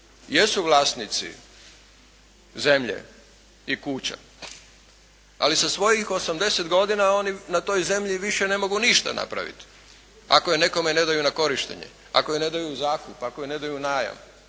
jesu vlasnici zemlje i kuća ali sa svojih 80 godina oni na toj zemlji više ne mogu ništa napraviti ako je nekome ne daju na korištenje, ako je ne daju u zakup, ako je ne daju u najam.